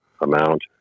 amount